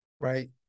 Right